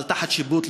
אבל תחת שיפוט,